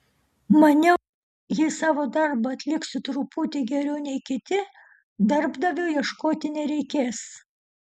maniau jei savo darbą atliksiu truputį geriau nei kiti darbdavio ieškoti nereikės